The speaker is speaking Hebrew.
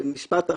ומשפט אחרון,